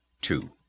Two